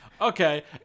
okay